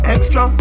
Extra